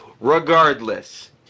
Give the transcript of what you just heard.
Regardless